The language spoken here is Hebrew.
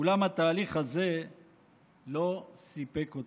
אולם התהליך הזה לא סיפק אותם.